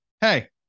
Hey